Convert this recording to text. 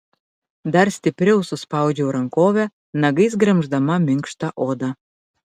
dar stipriau suspaudžiau rankovę nagais gremždama minkštą odą